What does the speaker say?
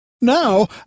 Now